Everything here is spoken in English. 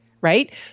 right